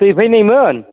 दिनै फैनायमोन